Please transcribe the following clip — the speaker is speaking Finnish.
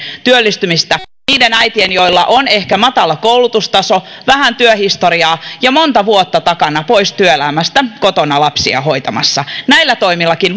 työllistymistä niiden äitien joilla on ehkä matala koulutustaso vähän työhistoriaa ja monta vuotta takana pois työelämästä kotona lapsia hoitamassa näillä toimillakin